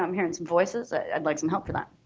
i'm hearing some voices i'd like some help for that.